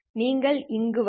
நீங்கள் இங்கு வருவதை EII|P